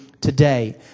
Today